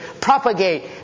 propagate